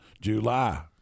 july